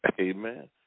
Amen